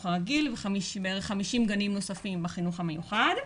הרגיל וב-50 גנים נוספים בחינוך המיוחד.